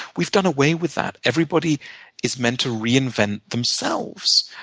we've done away with that. everybody is meant to reinvent themselves.